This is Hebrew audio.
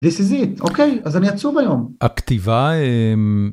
This is it, אוקיי אז אני עצוב היום.